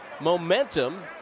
momentum